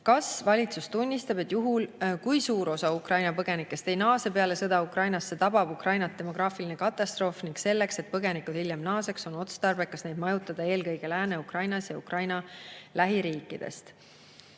"Kas valitsus tunnistab, et juhul, kui suur osa Ukraina põgenikest ei naase peale sõda Ukrainasse, tabab Ukrainat demograafiline katastroof, ning selleks, et põgenikud hiljem naaseks, on otstarbekas neid majutada eelkõige Lääne-Ukrainas ja Ukraina lähiriikides?"